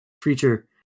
creature